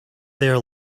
there